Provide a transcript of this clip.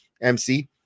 MC